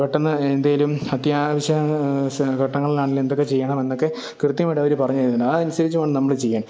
പെട്ടെന്ന് എന്തെങ്കിലും അത്യാവശ്യ ഘട്ടങ്ങളിലാണെങ്കിലും എന്തൊക്കെ ചെയ്യണം എന്നൊക്കെ കൃത്യമായിട്ടവർ പറഞ്ഞു തരുന്നുണ്ട് അതനുസരിച്ചു വേണം നമ്മൾ ചെയ്യാന്